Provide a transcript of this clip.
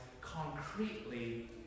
concretely